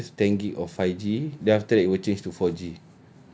so can use ten gig of five G then after that it will change to four G